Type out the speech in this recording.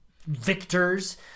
victors